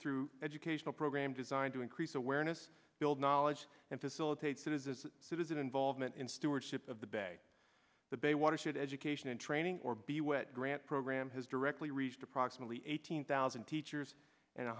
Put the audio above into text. through educational programs designed to increase awareness build knowledge and facilitate that as a citizen involvement in stewardship of the bay the bay watershed education and training or be wet grant program has directly reached approximately eighteen thousand teachers and